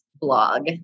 blog